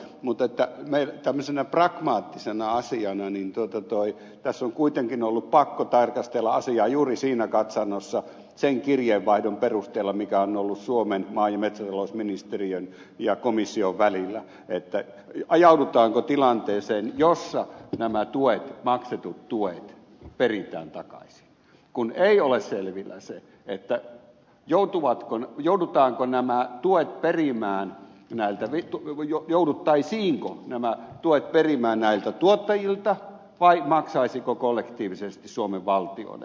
mutta tää levyttämisenäpragmaattisena asiana niin tuota toi tässä on kuitenkin ollut pakko tarkastella asiaa tämmöisenä pragmaattisena asiana sen kirjeenvaihdon perusteella mikä on ollut suomen maa ja metsätalousministeriön ja komission välillä juuri siinä katsannossa ajaudutaanko tilanteeseen jossa nämä tuet maksetut tuet peritään takaisin kun ei ole selvillä se että joutuvatko ne joudutaanko nämä tuet perimään näiltävittu koko jouduttaisiinko nämä tuet perimään näiltä tuottajilta vai maksaisiko kollektiivisesti suomen valtio ne